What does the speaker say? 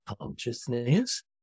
consciousness